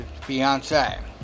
Beyonce